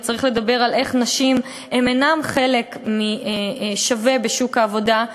וצריך לדבר על איך נשים אינן חלק שווה בשוק העבודה,